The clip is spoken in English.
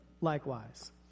likewise